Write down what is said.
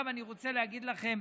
עכשיו אני רוצה להגיד לכם,